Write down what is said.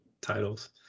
titles